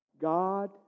God